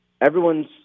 everyone's